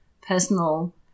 personal